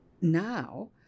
Now